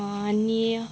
आनी